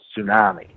tsunami